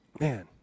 man